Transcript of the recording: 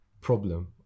problem